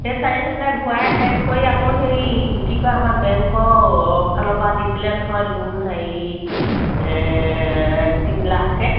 সেই চাৰি হেজাৰ ঘূৰাই শেষ কৰি আকৌ সেই কি কয় আমাৰ বেংকৰ ফালৰ পৰা দিছিলে নহয় লোন হেৰি তিনি লাখকৈ